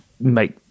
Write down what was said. make